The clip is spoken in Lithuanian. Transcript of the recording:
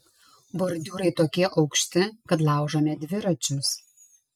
bordiūrai tokie aukšti kad laužome dviračius